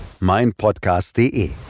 meinpodcast.de